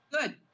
Good